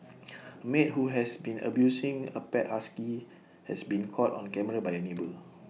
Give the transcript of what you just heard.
A maid who has been abusing A pet husky has been caught on camera by A neighbour